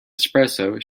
espresso